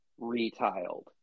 retiled